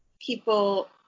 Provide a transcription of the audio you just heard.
people